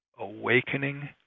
Awakening